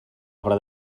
obra